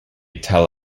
tel